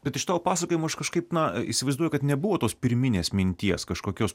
bet iš to pasakojimo aš kažkaip na įsivaizduoju kad nebuvo tos pirminės minties kažkokios